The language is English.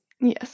Yes